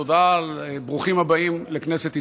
ברוכים הבאים לכנסת ישראל.